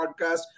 podcast